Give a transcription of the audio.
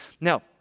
Now